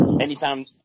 anytime